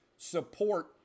support